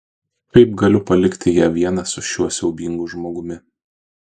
kaip galiu palikti ją vieną su šiuo siaubingu žmogumi